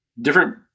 different